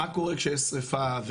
מה קורה כשיש שריפה,